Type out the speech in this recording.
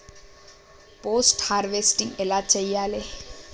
Post harvesting ఎలా చెయ్యాలే?